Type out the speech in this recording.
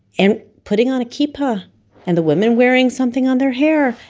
and putting on a kippah. and the women wearing something on their hair.